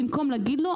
במקום להגיד לו: